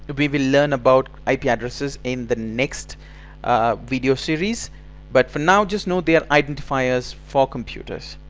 but we will learn about ip addresses in the next video series but for now just know they are identifiers for computers!